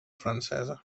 francesa